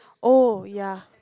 oh ya